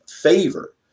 favor